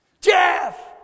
Jeff